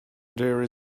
there